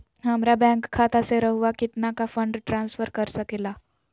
हमरा बैंक खाता से रहुआ कितना का फंड ट्रांसफर कर सके ला?